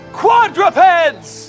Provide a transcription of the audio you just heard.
quadrupeds